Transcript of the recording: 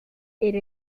era